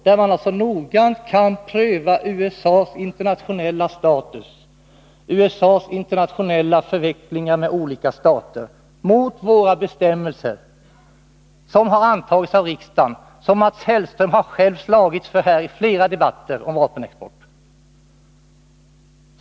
Man kan noggrant pröva USA:s internationella status, USA:s internationella förvecklingar med olika stater, mot våra bestämmelser, som antagits av riksdagen och som Mats Hellström själv slagits för i flera debatter om vapenexporten.